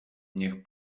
niech